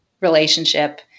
relationship